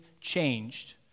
changed